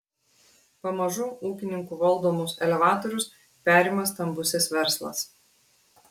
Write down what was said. pamažu ūkininkų valdomus elevatorius perima stambusis verslas